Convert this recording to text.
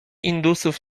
indusów